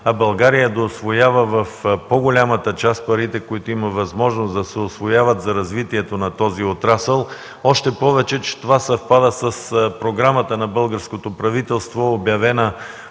а България да усвоява в по-голямата част парите, които има възможност да се усвояват за развитието на този отрасъл, още повече че това съвпада с програмата на българското правителство, обявена